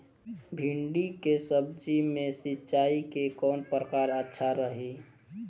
भिंडी के सब्जी मे सिचाई के कौन प्रकार अच्छा रही?